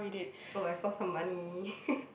oh I saw some money